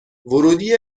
ورودی